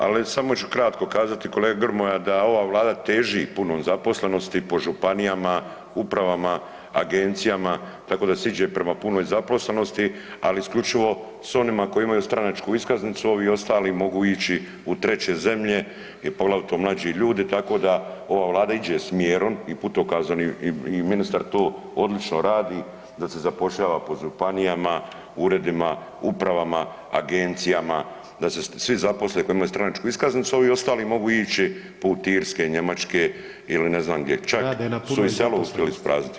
Ali samo ću kratko kazati kolega Grmoja, da ova Vlada teži punoj zaposlenosti po županijama, upravama, agencijama, tako da se ide prema punoj zaposlenosti ali isključivo s onima koji imaju stranačku iskaznicu, ovi ostali mogu ići u treće zemlje, poglavito mlađi ljudi, tako da ova Vlada ide smjerom i putokazom i ministar to odlično radi da se zapošljava po županijama, uredima, upravama, agencijama, da se svi zaposle koji imaju stranačku iskaznicu, a ovi ostali mogu ići put Irske, Njemačke ili ne znam gdje, čak su i [[Upadica Grmoja: rade na punoj zaposlenosti.]] isprazniti.